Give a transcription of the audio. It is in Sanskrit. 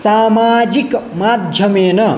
सामाजिकमाध्यमेन